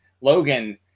Logan